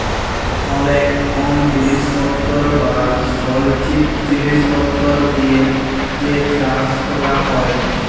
অলেক কম জিলিসপত্তর বা সলচিত জিলিসপত্তর দিয়ে যে চাষ ক্যরা হ্যয়